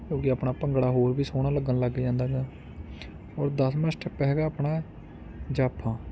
ਕਿਉਂਕਿ ਆਪਣਾ ਭੰਗੜਾ ਹੋਰ ਵੀ ਸੋਹਣਾ ਲੱਗਣ ਲੱਗ ਜਾਂਦਾ ਹੈਗਾ ਔਰ ਦਸਵਾਂ ਸਟੈਪ ਹੈਗਾ ਆਪਣਾ ਜਾਫਾ